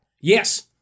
Yes